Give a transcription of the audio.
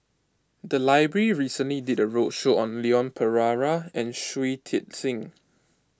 the library recently did a roadshow on Leon Perera and Shui Tit Sing